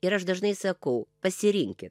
ir aš dažnai sakau pasirinkit